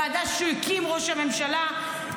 -- ועדה שהקים ראש הממשלה,